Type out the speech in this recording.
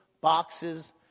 boxes